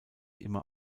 immer